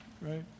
right